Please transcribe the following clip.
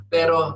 Pero